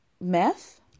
meth